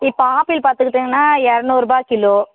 இப்போ ஆப்பிள் பார்த்துக்கிட்டிங்கன்னா இரநூறுபா கிலோ